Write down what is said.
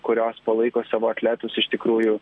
kurios palaiko savo atletus iš tikrųjų